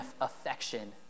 affection